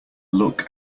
look